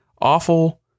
awful